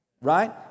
Right